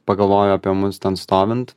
pagalvoju apie mus ten stovint